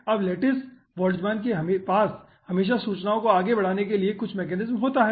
अब lattice Boltzmann के पास हमेशा सूचनाओ को आगे बढ़ाने के लिए कुछ मैकेनिज्म होता है